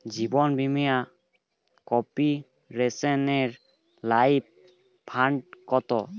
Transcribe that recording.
জীবন বীমা কর্পোরেশনের life fund কত?